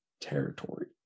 territory